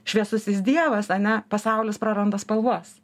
šviesusis dievas ane pasaulis praranda spalvas